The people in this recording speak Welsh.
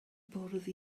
bwrdd